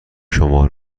شما